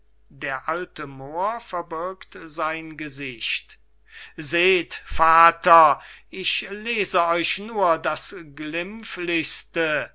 der alte moor verbirgt sein gesicht seht vater ich lese euch nur das glimpflichste